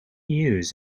use